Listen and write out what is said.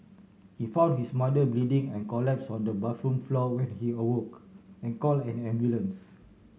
he found his mother bleeding and collapsed on the bathroom floor when he awoke and called an ambulance